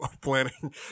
planning